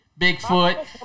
Bigfoot